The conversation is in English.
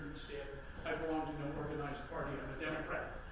i belong to an organized party, i'm a democrat.